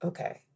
Okay